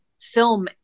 film